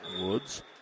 Woods